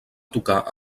tocar